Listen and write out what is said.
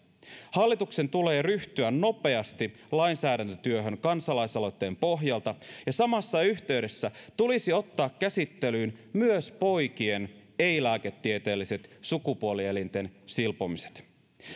hallituksen tulee ryhtyä nopeasti lainsäädäntötyöhön kansalaisaloitteen pohjalta ja samassa yhteydessä tulisi ottaa käsittelyyn myös poikien ei lääketieteelliset sukupuolielinten silpomiset